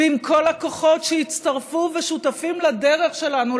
ועם כל הכוחות שיצטרפו ושותפים לדרך שלנו,